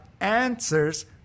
answers